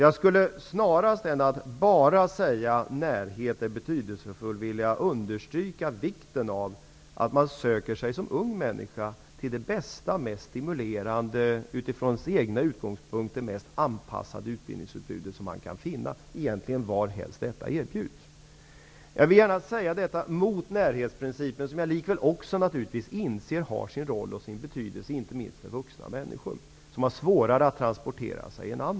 Jag skulle snarare än att bara säga att närheten är betydelsefull, vilja understryka vikten av att man som ung människa utifrån de egna utgångspunkterna söker sig till det mest stimulerande och anpassade utbildningsutbudet som man kan finna. Det kan egentligen vara varhelst detta erbjuds. Jag vill gärna säga detta mot närhetsprincipen, som jag likväl också naturligtvis inser har sin roll och betydelse, inte minst för vuxna människor, vilka har svårare än andra att transportera sig.